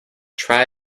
try